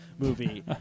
movie